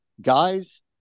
guys